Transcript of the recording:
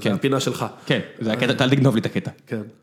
‫הפינה שלך. ‫-כן, אל תגנוב לי את הקטע.